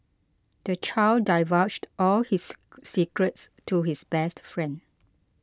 the child divulged all his secrets to his best friend